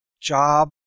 job